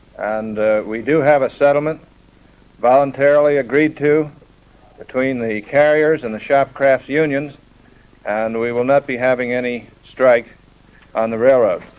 and we do have a settlement voluntarily agreed to between the carriers and the shop crafts unions and we will not be having any strike on the railroads.